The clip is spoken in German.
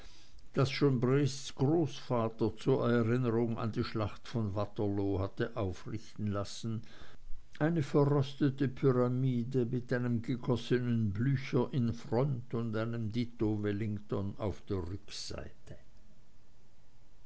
das schon briests großvater zur erinnerung an die schlacht von waterloo hatte aufrichten lassen eine verrostete pyramide mit einem gegossenen blücher in front und einem dito wellington auf der rückseite